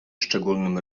szczególnym